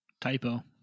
Typo